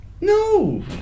No